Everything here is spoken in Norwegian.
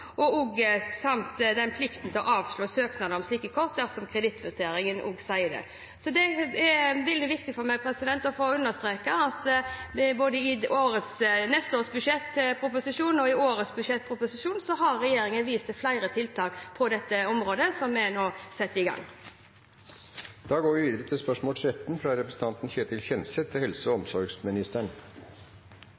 og på plikten til å avslå søknader om slike kort dersom kredittvurderingen tilsier det. Det er veldig viktig for meg å få understreket at både i neste års budsjettproposisjon og i årets har regjeringen vist til flere tiltak på dette området, som jeg nå setter i gang.